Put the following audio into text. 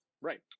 Right